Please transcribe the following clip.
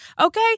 okay